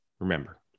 Remember